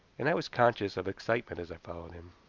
and i was conscious of excitement as i followed him.